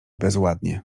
bezładnie